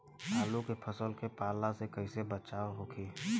आलू के फसल के पाला से कइसे बचाव होखि?